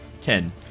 Ten